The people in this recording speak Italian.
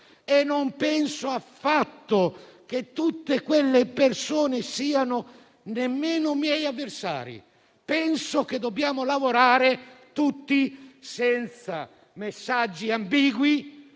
e non penso affatto che tutte quelle persone siano nemmeno miei avversari. Penso che dobbiamo lavorare tutti senza messaggi ambigui,